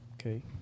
Okay